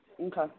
okay